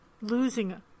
losing